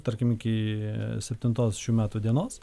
tarkim iki septintos šių metų dienos